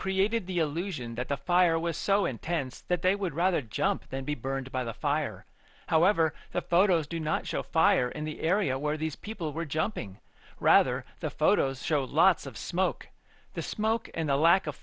created the illusion that the fire was so intense that they would rather jump than be burned by the fire however the photos do not show fire in the area where these people were jumping rather the photos show lots of smoke the smoke and the lack of